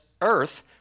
earth